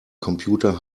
computer